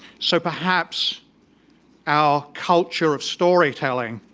so perhaps our culture of storytelling